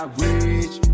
rich